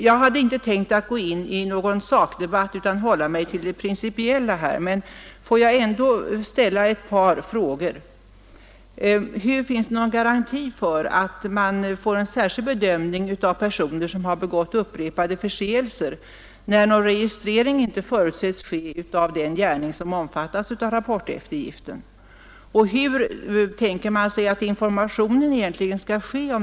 Jag hade inte tänkt att gå in i någon sakdebatt utan avsåg att hålla mig till det principiella, men låt mig ändå ställa ett par frågor: Finns det någon garanti för att man får en särskild bedömning av personer som begått upprepade förseelser, när någon registrering inte förutsetts ske av den gärning som omfattas av rapporteftergiften? Och hur tänker man sig att informationen om detta skall ske?